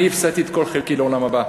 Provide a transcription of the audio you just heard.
אני הפסדתי את כל חלקי לעולם הבא.